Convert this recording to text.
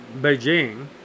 Beijing